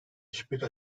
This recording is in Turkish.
hiçbir